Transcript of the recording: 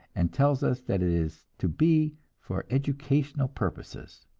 and tells us that it is to be for educational purposes.